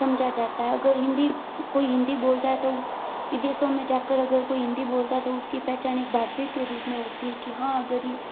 समझा जाता है अगर हिन्दी कोई हिन्दी बोलता है तो उस विदेशों में जा कर अगर कोई हिन्दी बोलता तो उस की पहचान एक भारतीय के रूप में होती है कि हाँ अगर ये